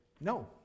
No